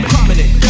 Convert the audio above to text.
Prominent